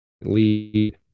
lead